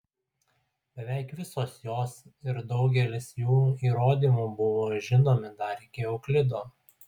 beveik visos jos ir daugelis jų įrodymų buvo žinomi dar iki euklido